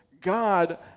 God